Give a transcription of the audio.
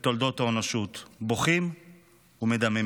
בתולדות האנושות, בוכים ומדממים.